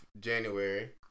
January